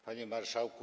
Panie Marszałku!